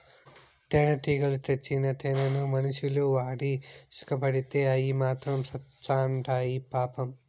తేనెటీగలు తెచ్చిన తేనెను మనుషులు వాడి సుకపడితే అయ్యి మాత్రం సత్చాండాయి పాపం